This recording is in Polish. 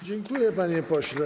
Dziękuję, panie pośle.